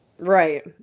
right